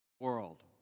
world